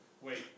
Wait